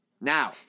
Now